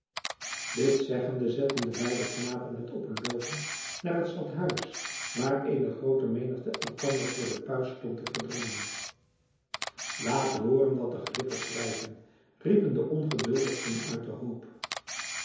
dit zeggende zett'en de beide knapen het op een loopen naar het stadhuis waar eene groote menigte elkander voor de pui stond te verdringen laat hooren wat de glippers schrijven riepen de ongeduldigsten uit den hoop